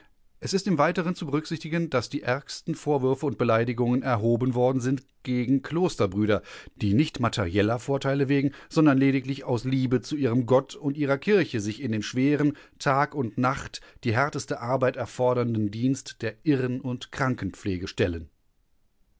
es ist im weiteren zu berücksichtigen daß die ärgsten vorwürfe und beleidigungen erhoben worden sind gegen klosterbrüder die nicht materieller vorteile wegen sondern lediglich aus liebe zu ihrem gott und ihrer kirche sich in den schweren tag und nacht die härteste arbeit erfordernden dienst der irren und krankenpflege stellen